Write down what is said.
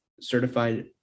certified